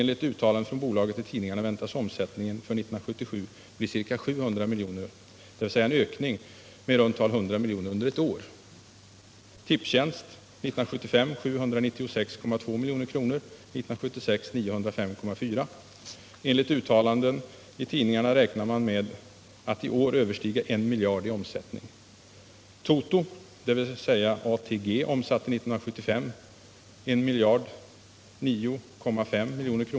Enligt uttalanden från bolaget i tidningarna väntas omsättningen för 1977 bli ca 700 milj.kr., dvs. en ökning med 100 milj.kr. under ett år. Tipstjänsts omsättning uppgick 1975 till 796,2 milj.kr. och 1976 till 905,4 milj.kr. Enligt uttalanden i tidningarna räknar man med att i år överstiga en miljard kronor i omsättning.